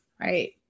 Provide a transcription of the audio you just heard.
Right